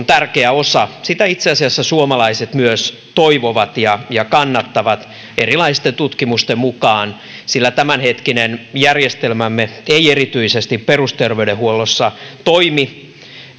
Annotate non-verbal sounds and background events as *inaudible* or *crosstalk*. *unintelligible* tärkeä osa sitä itse asiassa suomalaiset myös toivovat ja ja kannattavat erilaisten tutkimusten mukaan sillä tämänhetkinen järjestelmämme ei erityisesti perusterveydenhuollossa toimi